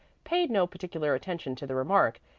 paid no particular attention to the remark,